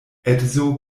edzo